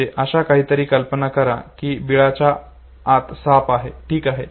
म्हणजे अशी काहीतरी कल्पना करा की बिळाच्या आत साप आहे ठीक आहे